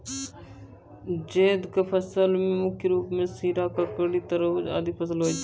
जैद क फसल मे मुख्य रूप सें खीरा, ककड़ी, तरबूज आदि फसल होय छै